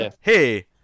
hey